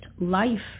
life